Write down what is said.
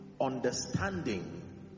understanding